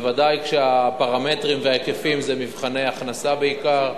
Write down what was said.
בוודאי כאשר הפרמטרים וההיקפים זה מבחני הכנסה בעיקר.